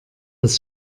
des